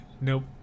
Nope